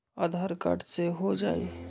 आधार card से हो जाइ?